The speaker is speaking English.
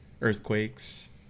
Earthquakes